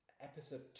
Episode